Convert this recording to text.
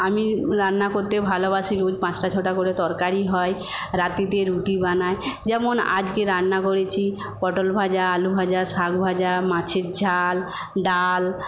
আমি রান্না করতে ভালোবাসি রোজ পাঁচটা ছটা করে তরকারি হয় রাত্রিতে রুটি বানাই যেমন আজকে রান্না করেছি পটলভাজা আলুভাজা শাকভাজা মাছের ঝাল ডাল